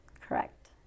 Correct